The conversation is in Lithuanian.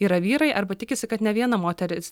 yra vyrai arba tikisi kad ne viena moteris